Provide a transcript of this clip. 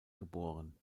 geboren